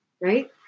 right